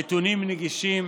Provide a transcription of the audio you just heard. הנתונים נגישים